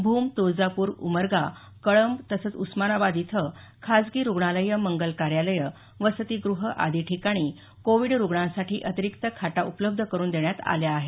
भूम तुळजापूर उमरगा कळब तसंच उस्मानाबाद इथं खासगी रुग्णालयं मंगल कार्यालय वसतीगृहं आदी ठिकाणी कोविड रुग्णांसाठी अतिरिक्त खाटा उपलब्ध करून देण्यात आल्या आहेत